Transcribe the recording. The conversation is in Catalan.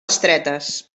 estretes